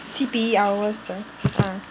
C_P_E hours 的 ah